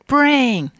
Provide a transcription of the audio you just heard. Brain